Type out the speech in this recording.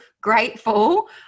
grateful